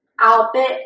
outfit